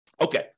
Okay